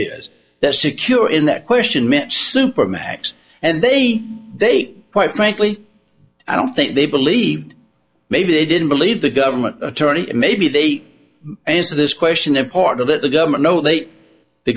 is secure in that question mitch supermax and they they quite frankly i don't think they believe maybe they didn't believe the government attorney and maybe they answer this question in part of it the government know they the